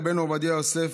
רבנו עובדיה יוסף,